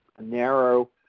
narrow